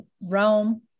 Rome